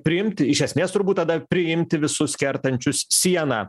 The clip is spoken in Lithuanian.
priimt iš esmės turbūt tada priimti visus kertančius sieną